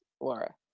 Laura